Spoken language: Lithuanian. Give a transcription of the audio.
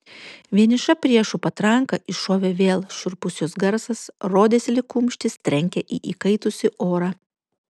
vieniša priešų patranka iššovė vėl šiurpus jos garsas rodėsi lyg kumštis trenkia į įkaitusį orą